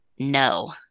no